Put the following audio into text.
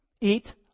Eat